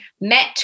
met